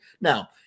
Now